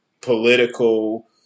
political